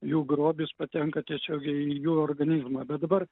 jų grobis patenka tiesiogiai į jų organizmą bet dabar